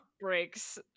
breaks